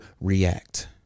react